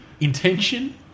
intention